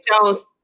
Jones